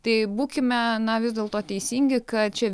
tai būkime na vis dėlto teisingi kad čia